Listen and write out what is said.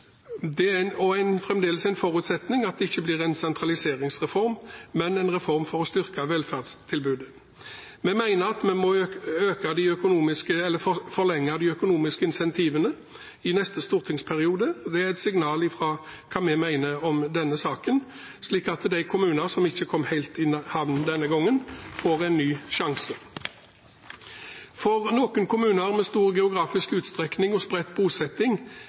å videreføre reformen. Det er fremdeles en forutsetning at det ikke blir en sentraliseringsreform, men en reform for å styrke velferdstilbudet. Vi mener at vi må forlenge de økonomiske incentivene i neste stortingsperiode. Det er et signal om hva vi mener om denne saken, slik at de kommuner som ikke kom helt i havn denne gangen, får en ny sjanse. For noen kommuner med stor geografisk utstrekning og spredt